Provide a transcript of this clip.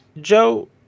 Joe